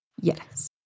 yes